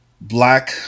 Black